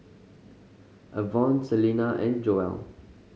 Avon Celina and Joel